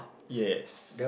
yes